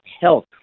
health